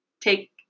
take